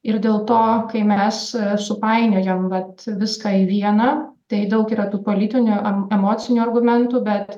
ir dėl to kai mes supainiojam vat viską į vieną tai daug yra tų politinių em emocinių argumentų bet